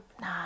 nah